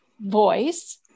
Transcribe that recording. voice